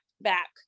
back